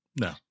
No